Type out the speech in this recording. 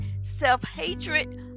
self-hatred